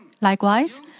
Likewise